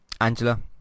Angela